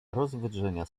rozwydrzenia